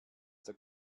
der